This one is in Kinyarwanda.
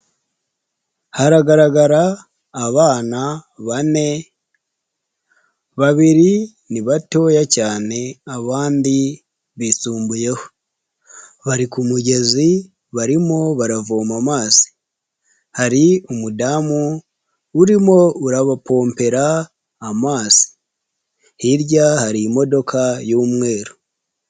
Haragaragara abana bane babiri ni batoya cyane abandi bisumbuyeho, bari ku mugezi barimo baravoma amazi, hari umudamu urimo urabapompera amazi, hirya hari imodoka y'umweru.